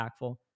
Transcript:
impactful